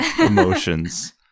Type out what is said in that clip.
emotions